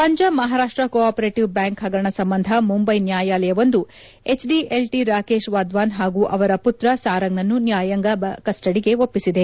Punjab Maharashtra cooperative bank ಹಗರಣ ಸಂಬಂಧ ಮುಂಬೈ ನ್ಯಾಯಾಲಯವೊಂದು ಎಚ್ಡಿಐಎಲ್ನ ರಾಕೇಶ್ ವಾದ್ವಾನ್ ಹಾಗೂ ಅವರ ಪುತ್ರ ಸಾರಂಗ್ನನ್ನು ನ್ಯಾಯಾಂಗ ಕಸ್ವದಿಗೆ ಒಪ್ಪಿಸಿದೆ